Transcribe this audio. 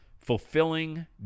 fulfilling